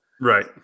right